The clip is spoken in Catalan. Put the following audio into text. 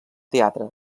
teatre